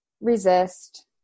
resist